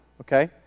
okay